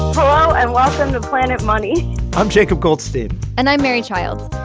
hello, and welcome to planet money i'm jacob goldstein and i'm mary childs.